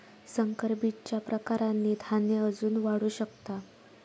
संकर बीजच्या प्रकारांनी धान्य अजून वाढू शकता